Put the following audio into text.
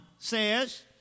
says